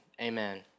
amen